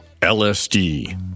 LSD